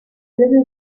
little